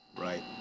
Right